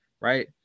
right